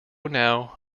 now